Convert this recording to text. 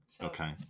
Okay